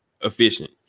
efficient